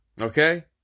Okay